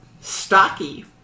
Stocky